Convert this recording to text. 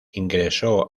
ingresó